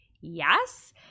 yes